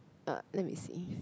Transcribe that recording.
uh let me see